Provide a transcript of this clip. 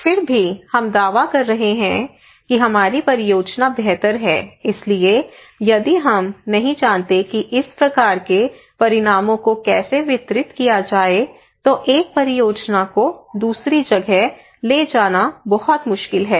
फिर भी हम दावा कर रहे हैं कि हमारी परियोजना बेहतर है इसलिए यदि हम नहीं जानते कि इस प्रकार के परिणामों को कैसे वितरित किया जाए तो एक परियोजना को दूसरी जगह ले जाना बहुत मुश्किल है